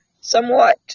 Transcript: somewhat